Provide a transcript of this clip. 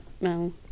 no